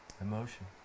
Emotion